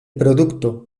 producto